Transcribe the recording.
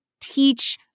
teach